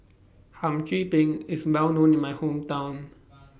Hum Chim Peng IS Well known in My Hometown